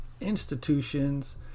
institutions